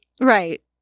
Right